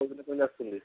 କେଉଁ ଦିନ ଆସୁଛନ୍ତି